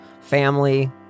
family